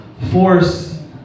force